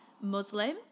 Muslim